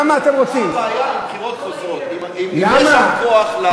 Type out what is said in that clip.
תענה לי רק על דבר אחד: מה הבעיה עם בחירות חוזרות אם יש שם כוח לחרדים?